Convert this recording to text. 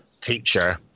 teacher